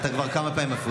אתה מפריע כבר כמה פעמים.